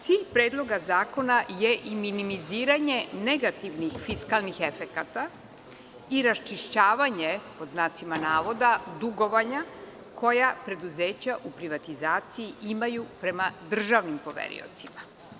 Cilj Predloga zakona je i minimiziranje negativnih fiskalnih efekata i „raščišćavanje“ dugovanja koja preduzeća u privatizaciji imaju prema državnim poveriocima.